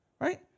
Right